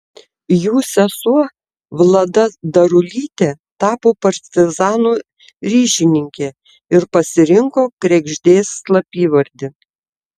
jų sesuo vlada darulytė tapo partizanų ryšininkė ir pasirinko kregždės slapyvardį